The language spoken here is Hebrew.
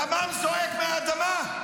דמם זועק מהאדמה.